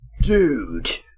Dude